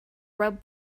web